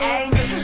anger